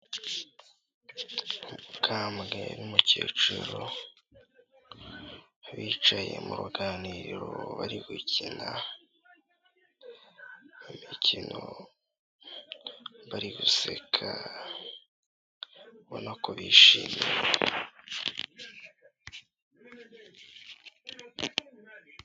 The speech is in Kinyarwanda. Umukambwe n'umukecuru, bicaye mu ruganiriro bari gukina, imikino, bari guseka, ubona ko bishimye.